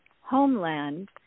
Homeland